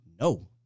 No